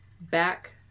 back